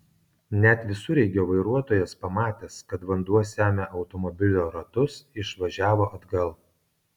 net visureigio vairuotojas pamatęs kad vanduo semia automobilio ratus išvažiavo atgal